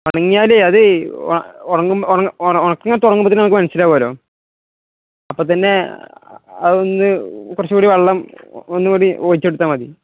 ഉണങ്ങിയാല് അത് ഉണങ്ങാന് തുടങ്ങുമ്പോള്ത്തന്നെ നമുക്ക് മനസ്സിലാകുമല്ലോ അപ്പോള്ത്തന്നെ അതൊന്ന് കുറച്ചുകൂടി വെള്ളം ഒന്നുകൂടി ഒഴിച്ചുകൊടുത്താല് മതി